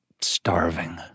starving